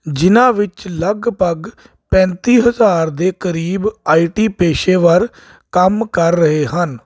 ਜਿਹਨਾਂ ਵਿੱਚ ਲਗਭਗ ਪੈਂਤੀ ਹਜ਼ਾਰ ਦੇ ਕਰੀਬ ਆਈਟੀ ਪੇਸ਼ੇਵਰ ਕੰਮ ਕਰ ਰਹੇ ਹਨ